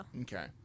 Okay